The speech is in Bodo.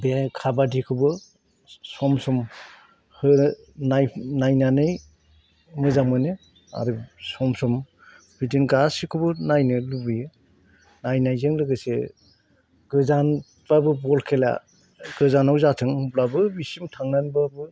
बे काबादिखौबो सम सम नायनानै मोजां मोनो आरो सम सम बिदिनो गासैखौबो नायनो लुबैयो नायनायजों लोगोसे गोजानबाबो बल खेला गोजानाव जाथोंब्लाबो बिसिम थांनांनैबाबो